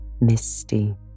misty